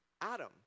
Adam